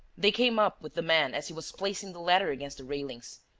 they came up with the man as he was placing the ladder against the railings.